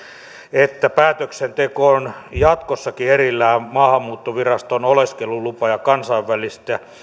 että päätöksenteko on jatkossakin erillään maahanmuuttoviraston oleskelulupaa ja kansainvälistä